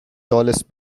tallest